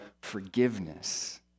forgiveness